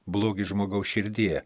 blogį žmogaus širdyje